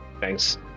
Thanks